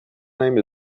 name